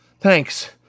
Thanks